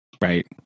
right